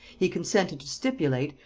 he consented to stipulate,